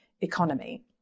economy